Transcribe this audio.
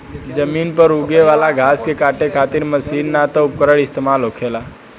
जमीन पर यूगे वाला घास के काटे खातिर मशीन ना त उपकरण इस्तेमाल होखेला